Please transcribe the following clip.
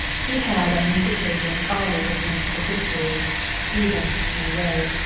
he had on these occasions always a sense of victory even, in a way,